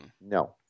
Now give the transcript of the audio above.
No